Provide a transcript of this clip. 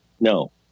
no